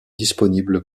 disponible